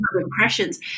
impressions